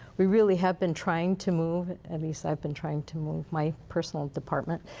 we really have been trying to move at least i've been trying to move, my personal department,